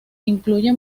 incluye